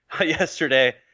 yesterday